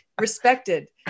Respected